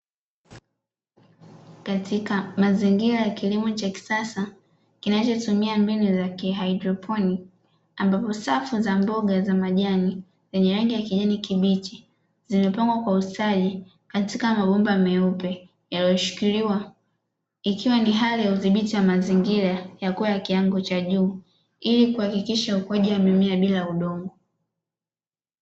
Katika mazingira ya kilimo cha kisasa kinachotumia mbinu za kilimo cha haidroponi ambapo safu za mboga za majani zenye rangi ya kijani kibichi zimepangwa kwa ustadi katika mabomba meupe yaliyoshikiliwa, ikiwa ni haliya udhibiti wa mazingira yakuwa kiwango cha juu ili kuhakikisha ukuaji wa mimea bila udongo.